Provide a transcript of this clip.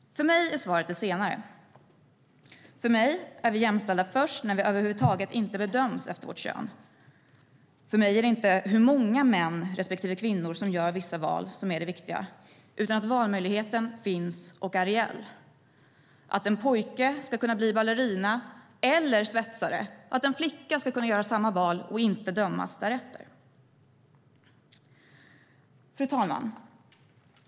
För mig är svaret det senare. För mig är vi jämställda först när vi över huvud taget inte bedöms efter vårt kön. För mig är det viktiga inte hur många män respektive kvinnor som gör vissa val utan att valmöjligheten finns och är reell - att en pojke ska kunna bli ballerina eller svetsare och att en flicka ska kunna göra samma val och inte dömas därefter. Fru talman!